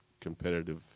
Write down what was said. competitive